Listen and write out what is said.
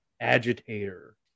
agitator